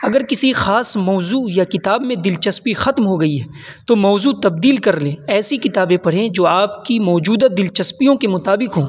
اگر کسی خاص موضوع یا کتاب میں دلچسپی ختم ہوگئی ہے تو موضوع تبدیل کرلیں ایسی کتابیں پڑھیں جو آپ کی موجودہ دلچسپیوں کے مطابق ہو